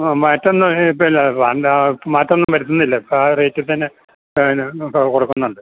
ആ മാറ്റാനൊന്നും ഇപ്പോള് ഇല്ല എന്റെ മാറ്റം ഒന്നും വരുത്തുന്നില്ല ആ റേറ്റിൽ തന്നെ ഇപ്പോള് കൊടുക്കുന്നുണ്ട്